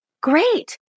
Great